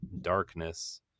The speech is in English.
darkness